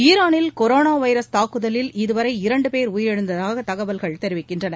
ஈரானில் corona virus தாக்குதலில் இதுவரை இரண்டு பேர் உயிரிழந்ததாக தகவல்கள் தெரிவிக்கின்றன